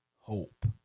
hope